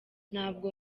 ntabwo